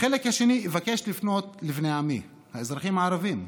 בחלק השני אבקש לפנות לבני עמי, האזרחים הערבים,